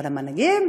אבל המנהיגים?